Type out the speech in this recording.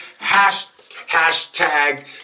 Hashtag